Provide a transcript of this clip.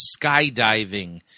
skydiving